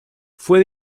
fue